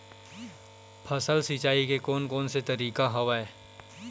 फसल सिंचाई के कोन कोन से तरीका हवय?